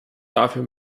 dafür